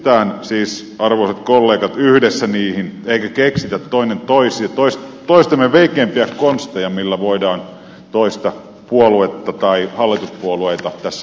keskitytään siis arvoisat kollegat yhdessä niihin eikä keksitä toinen toistaan veikeämpiä konsteja millä voidaan toista puoluetta tai hallituspuolueita tässä mollata